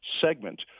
segment